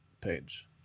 page